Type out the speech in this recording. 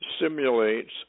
simulates